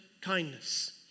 kindness